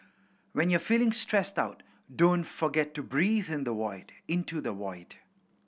when you are feeling stressed out don't forget to breathe into the void